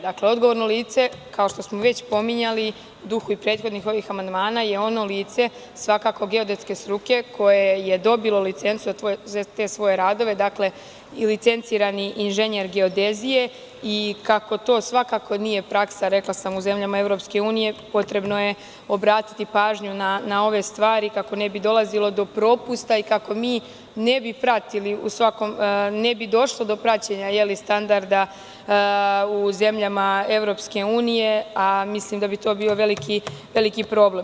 Dakle, odgovorno lice kao što smo već pominjali u dugu prethodnih ovih amandmana, je ono lice svakako geodetske struke koje je dobilo licencu za te svoje radove, dakle licencirani inženjer geodezije i kako to svakako nije praksa, rekla sam, u zemljama EU, potrebno je obratiti pažnju na ove stvari kako ne bi dolazilo do propusta i kako mi ne bi pratili, kako ne bi došlo do praćenja standarda u zemljama EU, a mislim da bi to bio veliki problem.